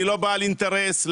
אני לא בעל אינטרס,